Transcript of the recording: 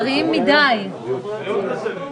איפה אנחנו עומדים?